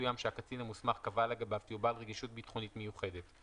מסוים שהקצין המוסמך קבע לגביו כי הוא בעל רגישות ביטחונית מיוחדת.